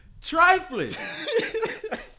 trifling